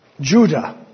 Judah